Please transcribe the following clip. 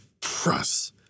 press